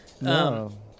No